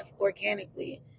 organically